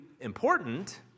important